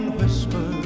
whisper